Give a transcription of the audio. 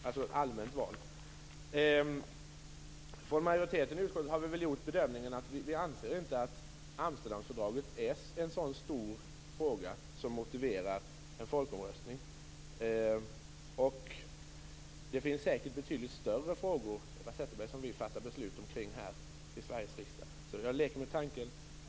Vi i utskottsmajoriteten har gjort den bedömningen att Amsterdamfördraget inte är en så stor fråga att den motiverar en folkomröstning. Det finns säkert betydligt större frågor som vi fattar beslut om här i Sveriges riksdag, Eva Zetterberg. Jag kan leka med tanken.